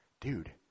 dude